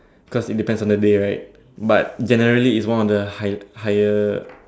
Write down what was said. cause it depends on the day right but generally it's one of the higher higher